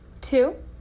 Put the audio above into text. Two